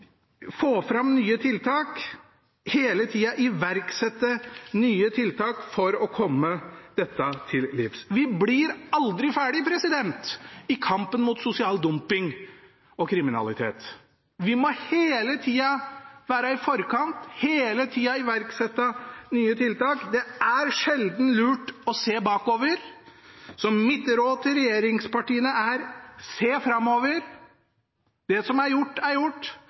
få fram nye tiltak, hele tida iverksette nye tiltak for å komme dette til livs. Vi blir aldri ferdig i kampen mot sosial dumping og kriminalitet. Vi må hele tida være i forkant, hele tida iverksette nye tiltak. Det er sjelden lurt å se bakover. Så mitt råd til regjeringspartiene er: Se framover! Det som er gjort, er gjort